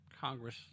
Congress